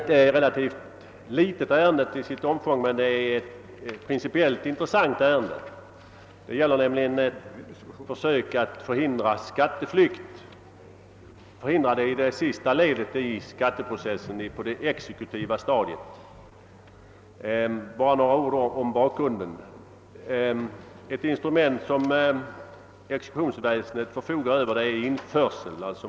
Herr talman! Detta är ett till sitt omfång relativt litet ärende men det är principiellt intressant. Det gäller näm ligen försök att hindra skatteflykt i det sista ledet av skatteprocessen, på det exekutiva stadiet. Bara några ord om bakgrunden. Ett instrument som exekutionsväsendet förfogar över är införsel.